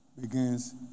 begins